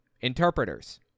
interpreters